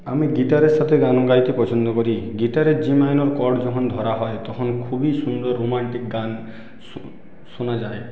আমি গিটারের সাথে গান গাইতে পছন্দ করি গিটারের জি মাইনর কর্ড যখন ধরা হয় তখন খুবই সুন্দর রোমান্টিক গান সো শোনা যায়